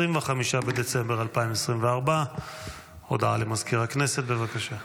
35 בדצמבר 2024. הודעה למזכיר הכנסת בבקשה.